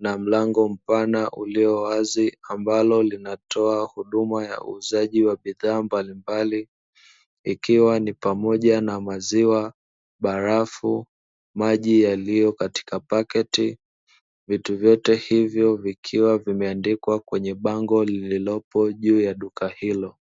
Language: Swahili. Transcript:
na mlango mpana uliyowazi ambalo linatoa huduma na uuzaji wa bidhaa mbalimbali ikiwa ni pamoja na maziwa, barafu, maji yaliyo katika paketi vitu vyote hivyo vikiwa vimeandikwa kwenye bango lililopo juu ya duka hilo.